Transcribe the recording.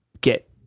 get